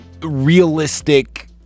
realistic